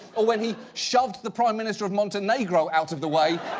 or, when he shoved the prime minister of montenegro out of the way,